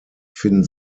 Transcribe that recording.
finden